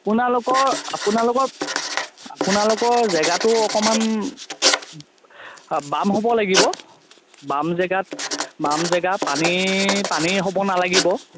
আপোনালোকৰ আপোনালোকৰ আপোনালোকৰ জেগাটো অকণমান বাম হ'ব লাগিব বাম জেগাত বাম জেগা পানী পানী হ'ব নালাগিব